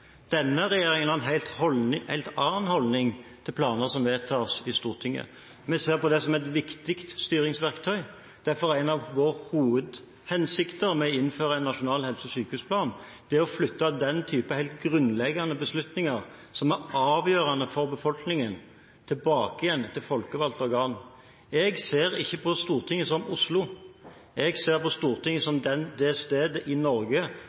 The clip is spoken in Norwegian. Denne regjeringen har en helt annen holdning til planer som vedtas i Stortinget. Vi ser på det som et viktig styringsverktøy. Derfor er en av våre hovedhensikter med å innføre en nasjonal helse- og sykehusplan å flytte den type helt grunnleggende beslutninger, som er avgjørende for befolkningen, tilbake igjen til folkevalgte organer. Jeg ser ikke på Stortinget som Oslo. Jeg ser på Stortinget som det stedet i Norge